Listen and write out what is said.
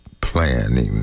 planning